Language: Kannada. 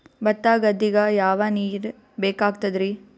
ಭತ್ತ ಗದ್ದಿಗ ಯಾವ ನೀರ್ ಬೇಕಾಗತದರೀ?